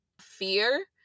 fear